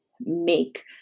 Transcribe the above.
make